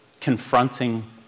confronting